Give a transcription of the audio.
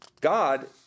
God